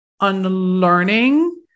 unlearning